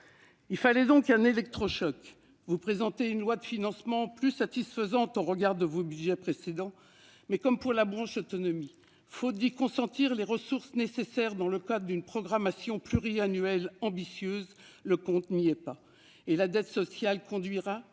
Il fallait donc un électrochoc. Vous présentez une loi de financement plus satisfaisante que vos budgets précédents, mais, à l'image de ce que vous prévoyez pour la branche autonomie, faute de dégager les ressources nécessaires dans le cadre d'une programmation pluriannuelle ambitieuse, le compte n'y est pas. De plus, la dette sociale conduira,